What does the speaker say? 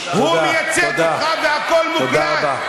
הוא מייצג אותך, והכול מוקלט.